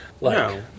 No